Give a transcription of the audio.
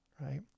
right